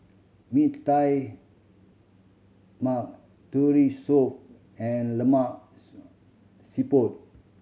Mee Tai Mak Turtle Soup and lemak siput